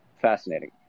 fascinating